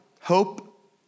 hope